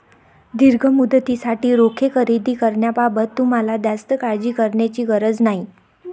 दीर्घ मुदतीसाठी रोखे खरेदी करण्याबाबत तुम्हाला जास्त काळजी करण्याची गरज नाही